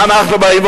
מה אנחנו אומרים?